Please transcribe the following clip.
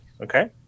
Okay